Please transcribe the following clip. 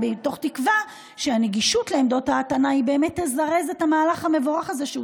מתוך תקווה שהנגישות של עמדות ההטענה באמת תזרז את המהלך המבורך הזה,